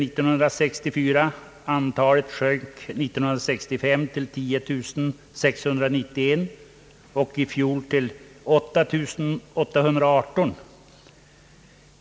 Antalet var år 1965 10691 och sjönk i fjol till 8818.